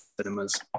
Cinemas